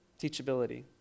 Teachability